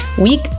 week